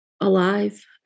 alive